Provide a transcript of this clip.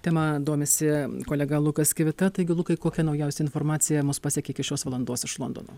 tema domisi kolega lukas kivita taigi lukai kokia naujausia informacija mus pasiekia iki šios valandos iš londono